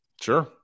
Sure